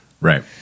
right